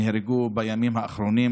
שנהרגו בימים האחרונים.